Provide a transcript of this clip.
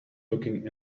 looking